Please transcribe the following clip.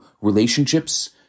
relationships